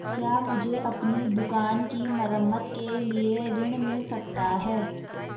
क्या मुझे अपनी दुकान की मरम्मत के लिए ऋण मिल सकता है?